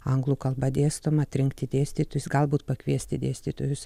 anglų kalba dėstoma atrinkti dėstytojus galbūt pakviesti dėstytojus